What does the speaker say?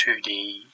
2D